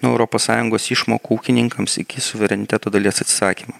europos sąjungos išmokų ūkininkams iki suvereniteto dalies atsisakymo